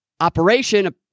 operation